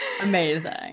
amazing